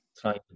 trying